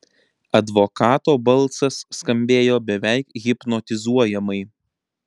advokato balsas skambėjo beveik hipnotizuojamai